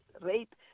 rape